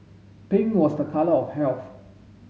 pink was the colour of health